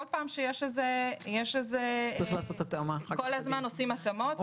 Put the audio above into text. כל הזמן עושים התאמות.